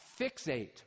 fixate